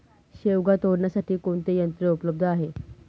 शेवगा तोडण्यासाठी कोणते यंत्र उपलब्ध आहे?